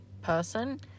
person